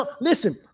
Listen